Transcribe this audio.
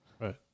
Right